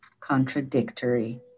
contradictory